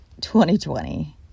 2020